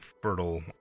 fertile